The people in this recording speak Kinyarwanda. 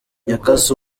yakase